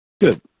Good